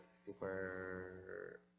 super